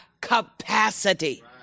capacity